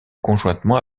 conjointement